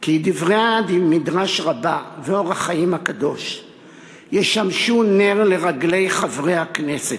כי דברי מדרש רבה ו"אור החיים" הקדוש ישמשו נר לרגלי חברי הכנסת,